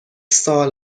سال